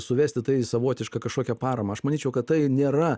suvesti tai į savotišką kažkokią paramą aš manyčiau kad tai nėra